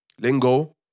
Lingo